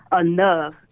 enough